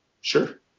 Sure